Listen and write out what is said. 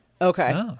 Okay